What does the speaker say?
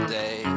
day